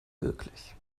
wirklich